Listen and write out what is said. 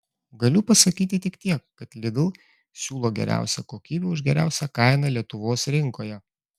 galiu pasakyti tik tiek kad lidl siūlo geriausią kokybę už geriausią kainą lietuvos rinkoje